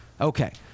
Okay